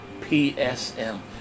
PSM